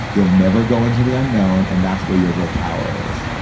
you'll never go into the unknown and that's where your real power is.